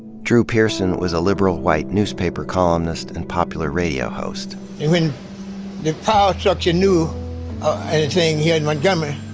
drew pearson was a liberal white newspaper columnist and popular radio host. and when the power structure knew anything here in montgomery,